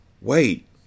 Wait